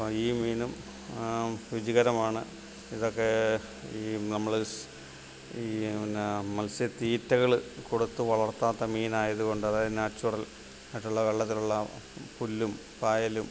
ഈ മീനും രുചികരമാണ് ഇതൊക്കെ ഈ നമ്മൾ ഈ എന്നാ മത്സ്യത്തീറ്റകൾ കൊടുത്ത് വളർത്താത്ത മീൻ ആയതുകൊണ്ട് അതായത് നാച്ചുറൽ മറ്റുള്ള വെള്ളത്തിലുള്ള പുല്ലും പായലും